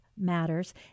Matters